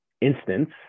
instance